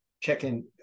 check-in